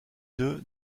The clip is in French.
deux